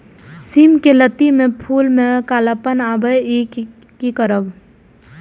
सिम के लत्ती में फुल में कालापन आवे इ कि करब?